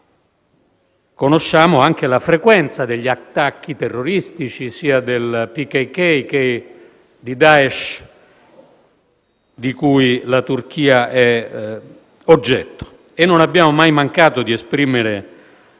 Conosciamo anche la frequenza degli attacchi terroristici sia del PKK che di Daesh, di cui la Turchia è oggetto, e non abbiamo mai mancato di esprimere